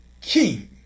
king